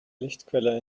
lichtquelle